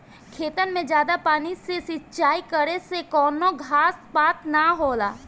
खेतन मे जादा पानी से सिंचाई करे से कवनो घास पात ना होला